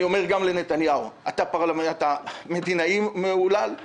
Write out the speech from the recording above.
אני אומר גם לנתניהו: אתה מדינאי מהולל,